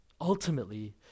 ultimately